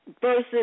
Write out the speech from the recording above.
versus